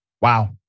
Wow